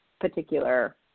particular